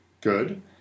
good